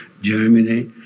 Germany